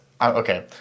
Okay